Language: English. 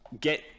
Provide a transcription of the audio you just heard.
get